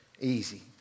easy